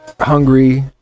hungry